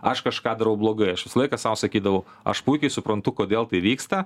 aš kažką darau blogai aš visą laiką sau sakydavau aš puikiai suprantu kodėl tai vyksta